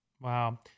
Wow